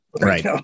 Right